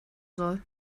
soll